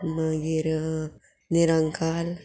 मागीर निरंकाल